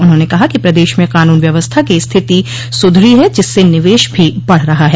उन्होंने कहा कि प्रदेश में कानन व्यवस्था की स्थिति सुधरी है जिससे निवेश भी बढ़ रहा है